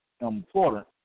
important